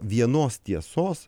vienos tiesos